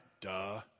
Duh